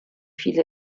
viele